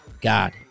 God